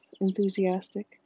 enthusiastic